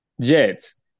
Jets